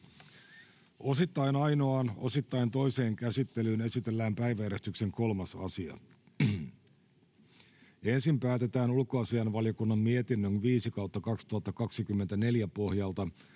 Osittain ainoaan, osittain toiseen käsittelyyn esitellään päiväjärjestyksen 3. asia. Ensin päätetään ulkoasiainvaliokunnan mietinnön UaVM 5/2024 vp pohjalta